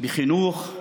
בחינוך,